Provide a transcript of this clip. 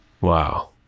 wow